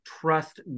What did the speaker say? trust